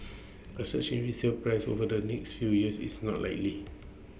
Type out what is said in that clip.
A surge in resale prices over the next few years is not likely